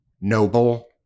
noble